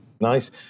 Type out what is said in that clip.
Nice